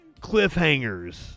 cliffhangers